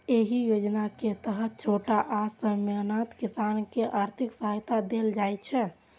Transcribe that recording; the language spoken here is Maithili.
एहि योजना के तहत छोट आ सीमांत किसान कें आर्थिक सहायता देल जाइ छै